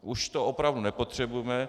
Už to opravdu nepotřebujeme.